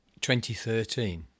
2013